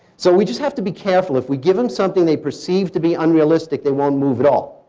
so we just have to be careful. if we give them something they perceive to be unrealistic, they won't move at all.